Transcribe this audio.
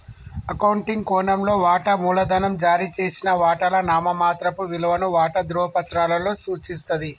accounting కోణంలో, వాటా మూలధనం జారీ చేసిన వాటాల నామమాత్రపు విలువను వాటా ధృవపత్రాలలో సూచిస్తది